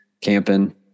camping